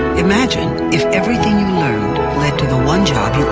imagine if everything to the one job